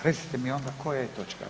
Recite mi onda koja je točka